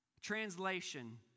Translation